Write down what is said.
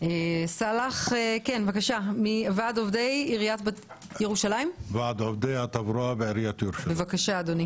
סלאח זעתרי מעיריית ירושלים, בבקשה.